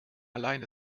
allein